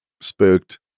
spooked